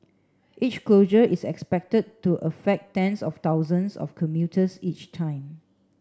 each closure is expected to affect tens of thousands of commuters each time